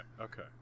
okay